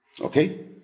okay